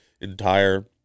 entire